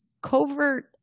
covert